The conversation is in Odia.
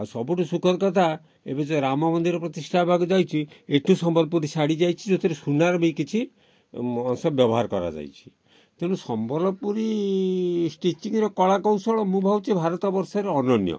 ଆଉ ସବୁଠୁ ସୁଖର କଥା ଏବେ ଯେଉଁ ରାମ ମନ୍ଦିର ପ୍ରତିଷ୍ଠା ହେବାକୁ ଯାଇଛି ଏଠୁ ସମ୍ବଲପୁରୀ ଶାଢ଼ୀ ଯାଇଛି ଯେଉଁଥିରେ ସୁନାର ବି କିଛି ଅଂଶ ବ୍ୟବହାର କରାଯାଇଛି ତେଣୁ ସମ୍ବଲପୁରୀ ଷ୍ଟିଚିଂର କଳା କୌଶଳ ମୁଁ ଭାବୁଛି ଭାରତ ବର୍ଷରେ ଅନନ୍ୟ